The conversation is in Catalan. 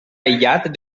aïllat